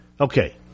Okay